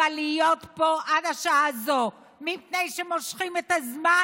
אבל להיות פה עד השעה הזאת מפני שמושכים את הזמן